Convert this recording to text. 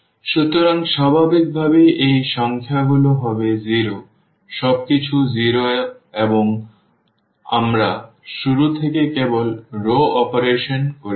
সুতরাং স্বাভাবিকভাবেই এই সংখ্যাগুলি হবে 0 সবকিছু 0 এবং আমরা শুরু থেকে কেবল রও অপারেশন করছি